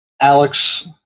Alex